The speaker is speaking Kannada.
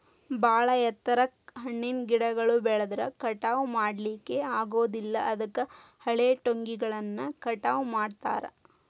ಬಾಳ ಎತ್ತರಕ್ಕ್ ಹಣ್ಣಿನ ಗಿಡಗಳು ಬೆಳದ್ರ ಕಟಾವಾ ಮಾಡ್ಲಿಕ್ಕೆ ಆಗೋದಿಲ್ಲ ಅದಕ್ಕ ಹಳೆಟೊಂಗಿಗಳನ್ನ ಕಟಾವ್ ಮಾಡ್ತಾರ